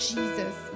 Jesus